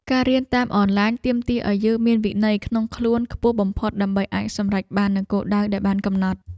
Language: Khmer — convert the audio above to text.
ការរៀនតាមអនឡាញទាមទារឱ្យយើងមានវិន័យក្នុងខ្លួនខ្ពស់បំផុតដើម្បីអាចសម្រេចបាននូវគោលដៅដែលបានកំណត់។